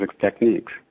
techniques